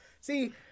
See